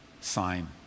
sign